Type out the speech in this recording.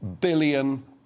billion